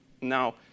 Now